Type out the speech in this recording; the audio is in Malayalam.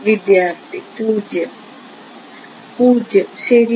വിദ്യാർത്ഥി 0 0 ശരിയാണ്